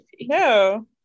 No